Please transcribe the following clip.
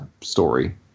story